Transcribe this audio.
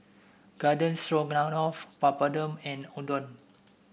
Garden Stroganoff Papadum and Udon